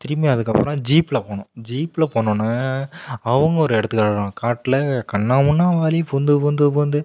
திரும்பி அதுக்கப்புறம் ஜீப்பில் போனோம் ஜீப்பில் போனோடன அவங்க ஒரு இடத்துக்கு காட்டில் கன்னா பின்னா வழி பூந்து பூந்து பூந்து